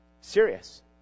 Serious